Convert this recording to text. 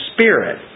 Spirit